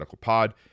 Pod